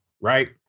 right